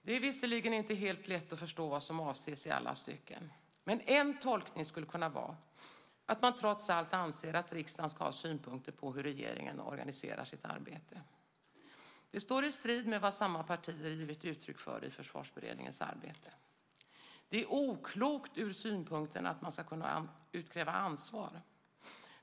Det är visserligen inte helt lätt att förstå vad som avses i alla stycken, men en tolkning skulle kunna vara att man trots allt anser att riksdagen ska ha synpunkter på hur regeringen organiserar sitt arbete. Det står i strid med vad samma partier givit uttryck för i Försvarsberedningens arbete. Det är oklokt ur den synpunkten att man ska kunna utkräva ansvar.